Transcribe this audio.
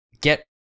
get